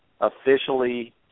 officially